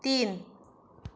तीन